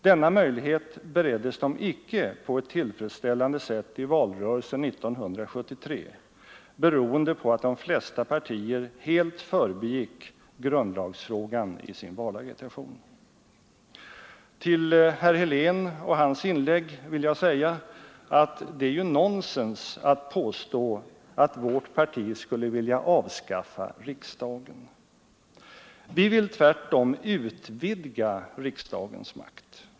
Denna möjlighet bereddes dem icke på ett tillfredsställande sätt i valrörelsen 1973, beroende på att de flesta partier helt förbigick grundlagsfrågan i sin valagitation. Till herr Helén vill jag efter hans inlägg säga, att det är nonsens att påstå att vårt parti skulle vilja avskaffa riksdagen. Vi vill tvärtom utvidga riksdagens makt.